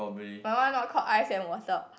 my one not call ice and water